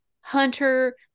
hunter